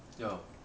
ya